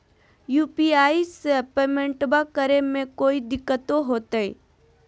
UPI से पेमेंटबा करे मे कोइ दिकतो होते?